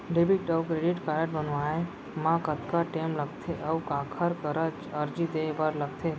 Debit अऊ credit card बनवाए मा कतका टेम लगथे, अऊ काखर करा अर्जी दे बर लगथे?